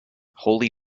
holy